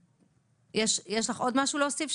יש לך עוד משהו להוסיף?